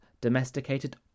domesticated